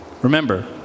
Remember